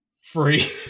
Free